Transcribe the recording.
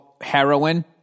heroin